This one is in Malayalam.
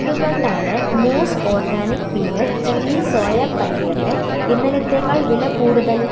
എന്തുകൊണ്ടാണ് മൂസ് ഓർഗാനിക് പീനട്ട് ചില്ലി സോയ പനീറിന് ഇന്നലത്തേക്കാൾ വില കൂടുതൽ